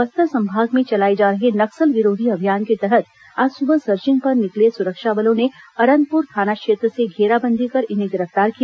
बस्तर संभाग में चलाए जा रहे नक्सल विरोधी अभियान के ं तहत आज सुबह सर्थिंग पर निकले सुरक्षा बलों ने अरनपुर थाना क्षेत्र से घेराबंदी कर इन्हें गिरफ्तार किया